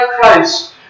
Christ